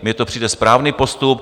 Mně to přijde správný postup.